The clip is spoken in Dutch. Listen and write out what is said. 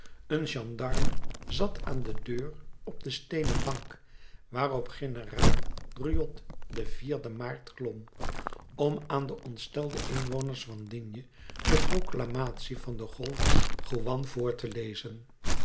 een gendarme zat aan de deur op de steenen bank waarop generaal drouot den den maart klom om aan de ontstelde inwoners van d de proclamatie van de golf juan voor te lezen